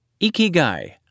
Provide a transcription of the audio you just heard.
Ikigai